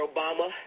Obama